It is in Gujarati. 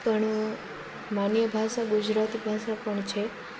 પણ માની ભાષા ગુજરાતી ભાષા પણ છે